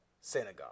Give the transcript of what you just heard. synagogue